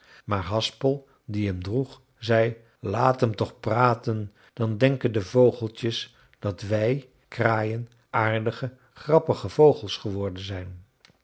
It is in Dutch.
maar haspel die hem droeg zei laat hem toch praten dan denken de vogeltjes dat wij kraaien aardige grappige vogels geworden zijn